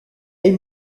est